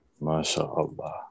MashaAllah